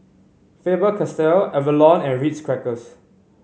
Faber Castell Avalon and Ritz Crackers